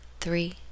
three